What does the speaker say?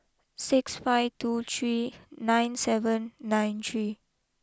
six five two three nine seven nine three